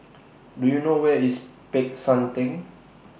Do YOU know Where IS Peck San Theng